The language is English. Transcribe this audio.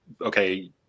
okay